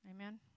Amen